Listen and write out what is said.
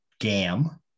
gam